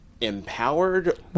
empowered